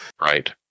Right